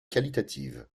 qualitative